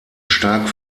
stark